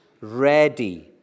ready